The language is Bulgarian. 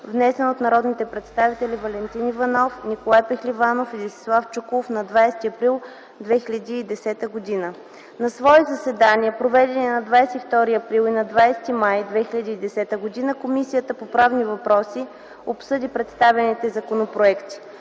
внесен от народните представители Валентин Иванов, Николай Пехливанов и Десислав Чуколов на 20 април 2010 г. На свои заседания, проведени на 22 април и на 20 май 2010 г., Комисията по правни въпроси обсъди Законопроект